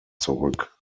zurück